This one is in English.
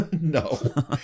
No